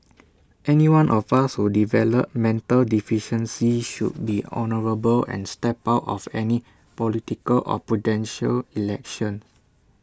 anyone of us who develop mental deficiency should be honourable and step out of any political or Presidential Election